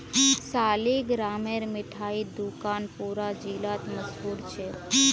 सालिगरामेर मिठाई दुकान पूरा जिलात मशहूर छेक